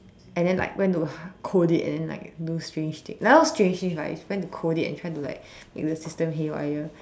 and then like went to code it and then like do strange thing like not strange thing like it was trying to code it and try to like make the system haywire